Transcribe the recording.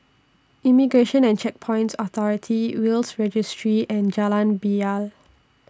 Immigration and Checkpoints Authority Will's Registry and Jalan Bilal